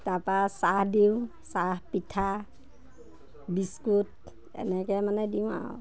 তাপা চাহ দিওঁ চাহ পিঠা বিস্কুট এনেকৈ মানে দিওঁ আৰু